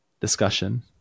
discussion